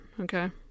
okay